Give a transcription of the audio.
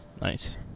Nice